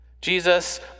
Jesus